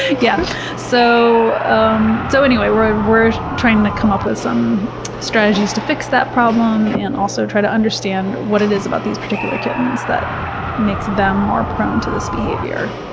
yeah so um so we're ah we're trying to come up with some strategies to fix that problem and also try to understand what it is about these particular kittens that makes them more prone to this behavior.